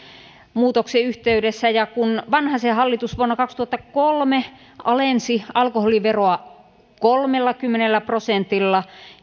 muutoksen yhteydessä ja kun vanhasen hallitus vuonna kaksituhattakolme alensi alkoholiveroa kolmellakymmenellä prosentilla